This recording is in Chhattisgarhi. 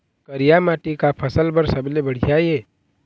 करिया माटी का फसल बर सबले बढ़िया ये?